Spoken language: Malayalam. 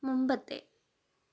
മുമ്പത്തെ